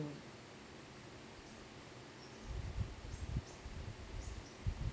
mm